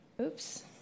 Oops